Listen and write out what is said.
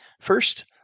First